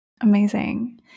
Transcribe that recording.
amazing